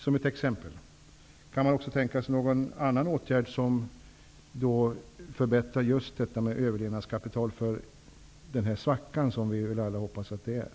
Skulle man under den här svackan, som vi alla hoppas att det handlar om, kunna tänka sig någon annan åtgärd när det gäller överlevnadskapital?